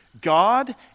God